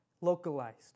localized